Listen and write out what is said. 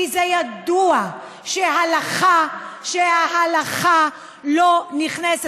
כי זה ידוע שההלכה לא נכנסת,